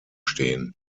stehen